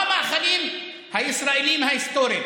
מה המאכלים הישראליים ההיסטוריים?